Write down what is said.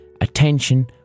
attention